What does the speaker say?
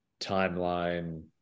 timeline